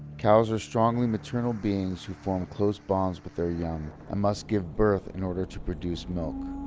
cows are strongly maternal beings who form close bonds with their young, and must give birth in order to produce milk.